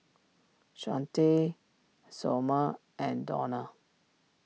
Shawnte Sommer and Donald